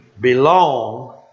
belong